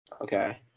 Okay